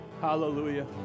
Hallelujah